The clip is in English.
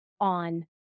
on